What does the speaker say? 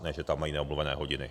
Ne že tam mají neomluvené hodiny.